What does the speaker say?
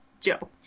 Joe